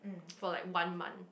for like one month